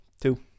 two